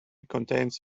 contains